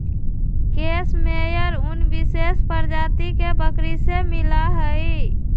case मेयर उन विशेष प्रजाति के बकरी से मिला हई